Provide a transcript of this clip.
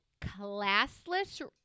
classless